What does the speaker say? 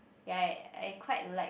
ya I quite like